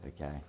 okay